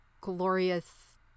glorious